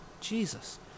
Jesus